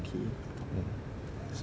mm